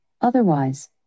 Otherwise